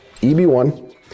EB1